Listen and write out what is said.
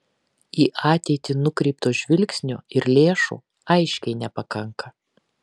į ateitį nukreipto žvilgsnio ir lėšų aiškiai nepakanka